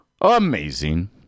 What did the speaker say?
amazing